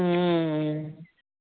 हा